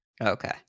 Okay